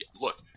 look